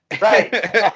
Right